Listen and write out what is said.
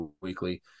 weekly